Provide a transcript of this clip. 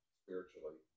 spiritually